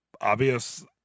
obvious